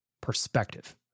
perspective